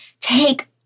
take